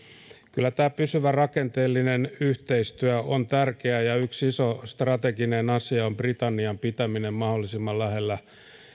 kyllä tämä pysyvä rakenteellinen yhteistyö on tärkeää ja yksi iso strateginen asia on britannian pitäminen mahdollisimman lähellä